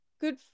good